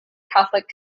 catholic